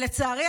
לצערי,